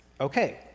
Okay